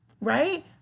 Right